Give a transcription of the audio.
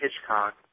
Hitchcock